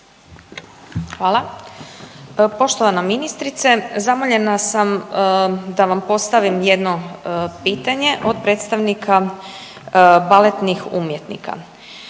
Hvala. Poštovana ministrice zamoljena sam da vam postavim jedno pitanje od predstavnika baletnih umjetnika.